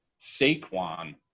Saquon